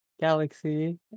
Galaxy